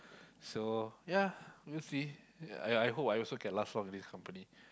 so ya we'll see I I hope I also can last long in this company